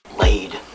Laid